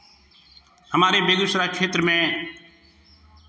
हमारे बेगूसराय क्षेत्र में